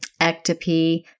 ectopy